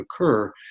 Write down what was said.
occur